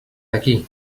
aquí